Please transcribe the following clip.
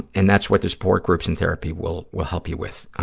and that's what the support groups and therapy will will help you with.